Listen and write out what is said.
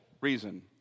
reason